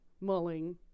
mulling